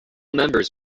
members